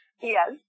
Yes